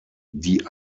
die